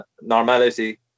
normality